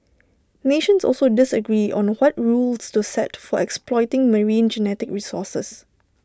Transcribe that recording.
nations also disagree on what rules to set for exploiting marine genetic resources